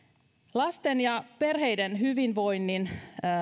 lasten ja perheiden hyvinvoinnin